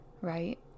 right